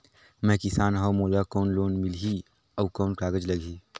मैं किसान हव मोला कौन लोन मिलही? अउ कौन कागज लगही?